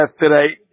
yesterday